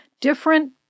different